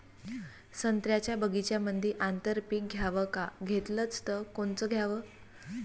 संत्र्याच्या बगीच्यामंदी आंतर पीक घ्याव का घेतलं च कोनचं घ्याव?